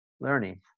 learning